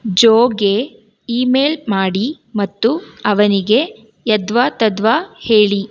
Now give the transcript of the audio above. ಜೋಗೆ email ಮಾಡಿ ಮತ್ತು ಅವನಿಗೆ ಯದ್ವಾತದ್ವಾ ಹೇಳಿ